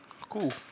Cool